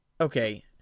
Okay